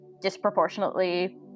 disproportionately